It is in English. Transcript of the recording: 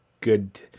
good